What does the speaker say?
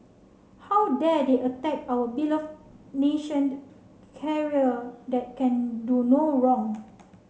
how dare they attack our belove nationed carrier that can do no wrong